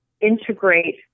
integrate